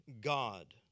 God